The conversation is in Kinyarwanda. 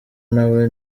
nawe